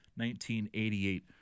1988